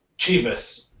Chivas